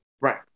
right